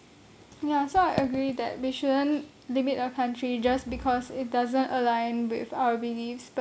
yes though I agree that we shouldn't limit a country just because it doesn't align with our beliefs but